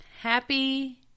Happy